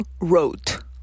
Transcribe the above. wrote